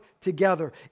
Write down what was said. together